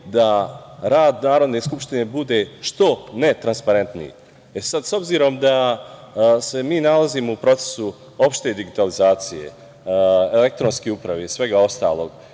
da rad Narodne skupštine bude što ne transparentniji. Sad, s obzirom da se mi nalazimo u procesu opšte digitalizacije, elektronske uprave i svega ostalog,